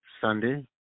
Sunday